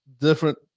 different